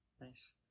Nice